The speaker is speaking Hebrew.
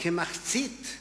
כמחצית,